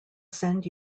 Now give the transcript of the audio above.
send